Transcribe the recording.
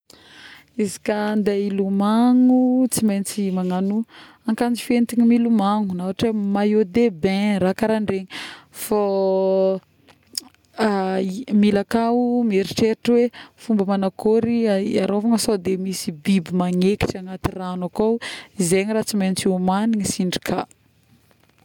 Izy ka andeha ilomagno tsy maintsy magnano akanjo fientigny milomagnon ôhatra hoe maillot de bain raha karanjegny, fô˂hesitation˃ mila akao mieritreritra hoe fomba magnakôry iarovagna sôdy misy biby magnekitra agnaty rano akao, zegny raha tsy maintsy homagniny sindry ka